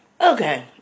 Okay